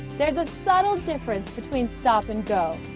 there's a subtle difference between stop and go.